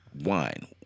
wine